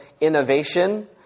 innovation